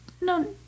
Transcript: No